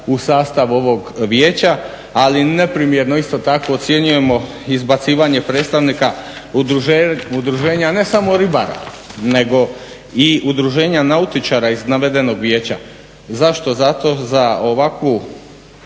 u sastav ovog vijeća, ali neprimjernim isto tako ocjenjujemo izbacivanje predstavnika udruženja ne samo ribara nego i udruženja nautičara iz navedenog vijeća. Zašto? Zato za ovakvu